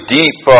deep